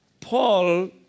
Paul